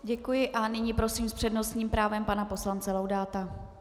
Děkuji a nyní prosím s přednostním právem pana poslance Laudáta.